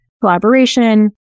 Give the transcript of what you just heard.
collaboration